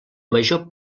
major